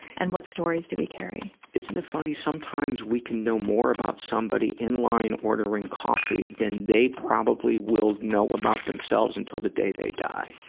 and what stories do we carry. isn't it funny? sometimes, we can know more about somebody in line ordering coffee than they probably will know about themselves until the day they die.